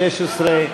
לשנת התקציב 2016,